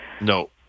No